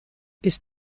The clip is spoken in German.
ist